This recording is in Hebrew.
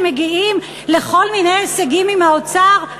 שמגיעים לכל מיני הישגים עם האוצר,